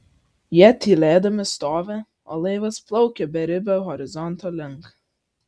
jie tylėdami stovi o laivas plaukia beribio horizonto link